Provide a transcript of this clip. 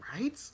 Right